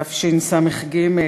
תשס"ג,